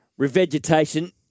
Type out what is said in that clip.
revegetation